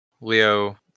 Leo